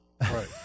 Right